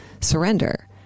surrender